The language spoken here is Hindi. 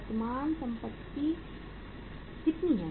वर्तमान संपत्ति कितनी है